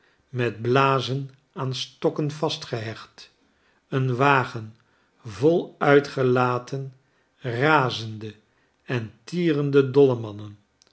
met blazen aan stokken vastgehecht een wagen vol uitgelaten razende entierende dollemannen